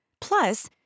Plus